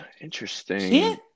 interesting